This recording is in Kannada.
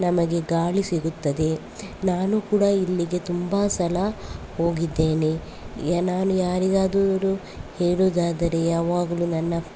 ನಮಗೆ ಗಾಳಿ ಸಿಗುತ್ತದೆ ನಾನು ಕೂಡ ಇಲ್ಲಿಗೆ ತುಂಬ ಸಲ ಹೋಗಿದ್ದೇನೆ ಯಾ ನಾನು ಯಾರಿಗಾದರು ಹೇಳುವುದಾದರೆ ಯಾವಾಗಲೂ ನನ್ನ